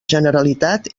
generalitat